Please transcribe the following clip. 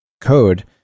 code